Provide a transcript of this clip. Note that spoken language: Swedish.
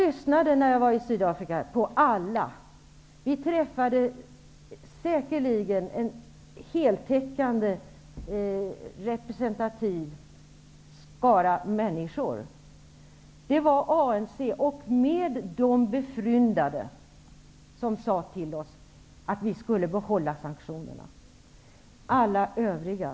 När jag var i Sydafrika lyssnade jag på alla. Vi träffade säkerligen en heltäckande representativ skara människor. Människor inom ANC och med dem befryndade sade till oss att vi skulle behålla sanktionerna. Alla andra sade något annat.